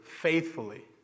faithfully